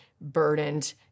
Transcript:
burdened